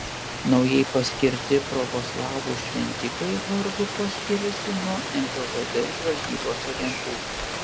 naujai paskirti pravoslavų šventikai vargu kuo skiriasi nuo nkvd žvalgybos agentų